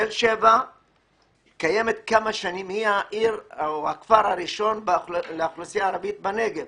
תל שבע קיימת כמה שנים והיא הכפר הראשון לאוכלוסייה הערבית בנגב.